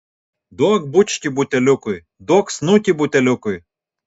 duok bučkį buteliukui duok snukį buteliukui